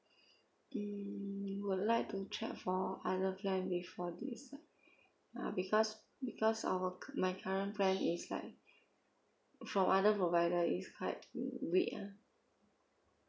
mm will like to check for other plan before decide uh because because of my current plan is like from other provider is quite mm weak ah